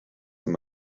them